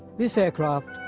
this aircraft,